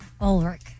Ulrich